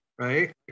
right